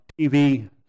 TV